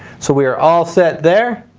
so we are all set there.